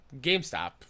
GameStop